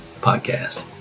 Podcast